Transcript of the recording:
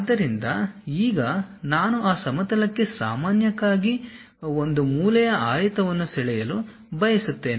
ಆದ್ದರಿಂದ ಈಗ ನಾನು ಆ ಸಮತಲಕ್ಕೆ ಸಾಮಾನ್ಯಕ್ಕಾಗಿ ಒಂದು ಮೂಲೆಯ ಆಯತವನ್ನು ಸೆಳೆಯಲು ಬಯಸುತ್ತೇನೆ